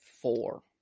four